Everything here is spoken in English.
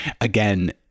again